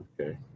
okay